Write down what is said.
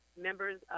members